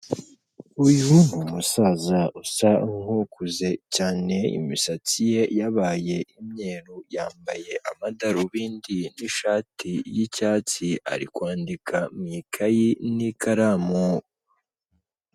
Uyu ni umusaza usa nk'ukuze cyane, imisatsi ye yabaye imyeru, yambaye amadarubindi n'ishati y'icyatsi, ari kwandika mu ikayi n'ikaramu.